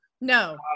No